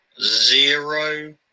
Zero